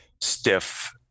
stiff